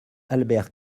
albert